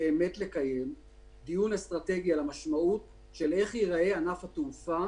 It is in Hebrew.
באמת לקיים דיון אסטרטגי על המשמעות של איך ייראה ענף התעופה